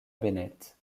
bennett